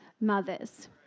mothers